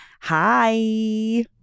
hi